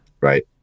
right